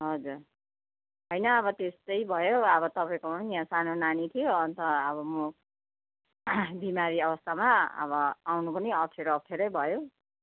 हजुर होइन अब त्यो त त्यस्तै भयो अब तपाईँकोमा नि सानो नानी थियो अन्त अब म बिमारी आवस्थामा अब आउनु पनि अप्ठ्यारो अप्ठ्यारै भयो